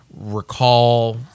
recall